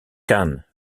khan